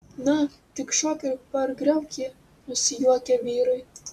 na tik šok ir pargriauk jį nusijuokė vyrai